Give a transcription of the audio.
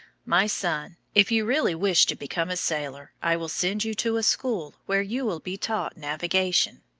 my son, if you really wish to become a sailor, i will send you to a school where you will be taught navigation.